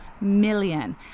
million